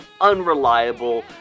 unreliable